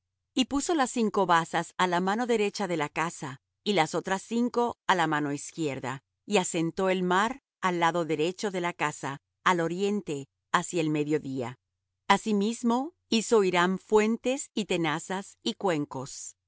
y puso las cinco basas á la mano derecha de la casa y las otras cinco á la mano izquierda y asentó el mar al lado derecho de la casa al oriente hacia el mediodía asimismo hizo hiram fuentes y tenazas y cuencos